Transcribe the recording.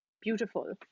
beautiful